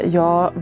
jag